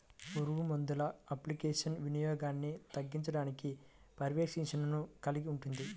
పురుగుమందుల అప్లికేషన్ల వినియోగాన్ని తగ్గించడానికి పర్యవేక్షణను కలిగి ఉంటుంది